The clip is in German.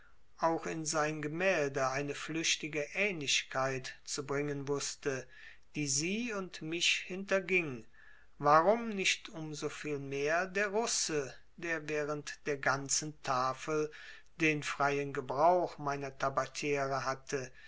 auch in sein gemälde eine flüchtige ähnlichkeit zu bringen wußte die sie und mich hinterging warum nicht um so viel mehr der russe der während der ganzen tafel den freien gebrauch meiner tabatiere hatte